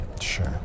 Sure